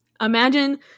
imagine